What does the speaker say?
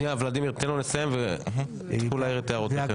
ולדימיר, תן לו לסיים ותוכלו להעיר את הערותיכם.